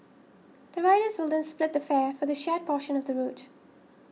the riders will then split the fare for the shared portion of the route